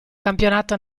campionato